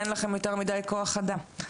אין לכם יותר מדי כוח אדם.